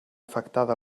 afectada